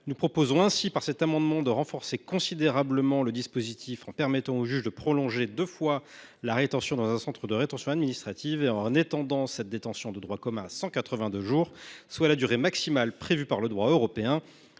Nous proposons ainsi, au travers de cet amendement, de renforcer considérablement le dispositif en permettant au juge de prolonger deux fois la rétention dans un centre de rétention administrative et en étendant cette détention de droit commun à 182 jours, soit la durée maximale prévue par le droit européen.